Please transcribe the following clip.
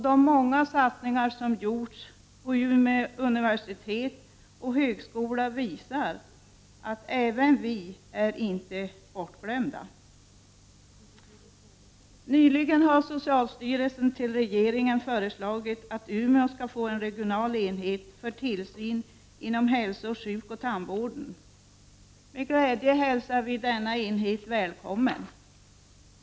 De många satsningar som gjorts på Umeå universitet och högskola visar att inte heller vi är bortglömda. Nyligen har socialstyrelsen hos regeringen föreslagit att Umeå skall få en regional enhet för tillsyn inom hälso-, sjukoch tandvården. Med glädje hälsar vi denna enhet välkommen.